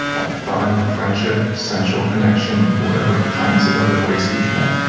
like fun, friendship, central connection, whatever kinds of other ways we connect,